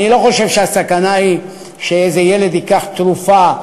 אני לא חושב שהסכנה היא שאיזה ילד ייקח תרופה,